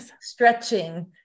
stretching